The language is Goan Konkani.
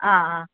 आं आं